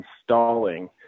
installing